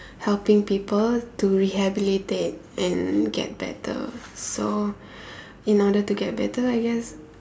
helping people to rehabilitate and get better so in order to get better I guess